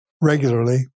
regularly